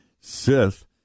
Sith